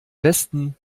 westen